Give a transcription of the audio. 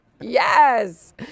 Yes